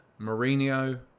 Mourinho